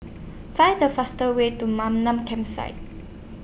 Find The faster Way to Campsite